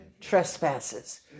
trespasses